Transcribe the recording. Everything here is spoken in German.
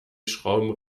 schrauben